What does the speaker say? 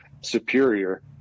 superior